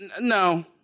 No